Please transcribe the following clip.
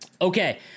okay